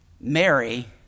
Mary